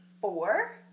four